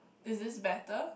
is this better